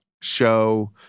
show